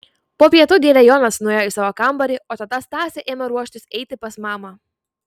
po pietų dėdė jonas nuėjo į savo kambarį o teta stasė ėmė ruoštis eiti pas mamą